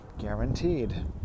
guaranteed